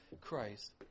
Christ